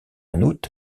août